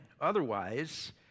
Otherwise